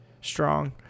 Strong